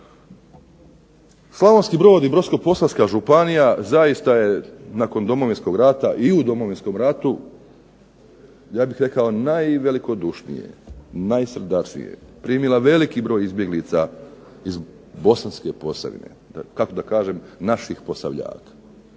Slavonski Brod i Brodsko-posavska županija zaista je nakon Domovinskog rata, i u Domovinskom ratu ja bih rekao najvelikodušnije, najsrdačnije primila veliki broj izbjeglica iz Bosanske Posavine, kako da kažem naših posavljaka.